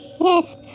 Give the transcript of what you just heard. yes